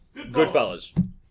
Goodfellas